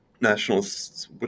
nationalists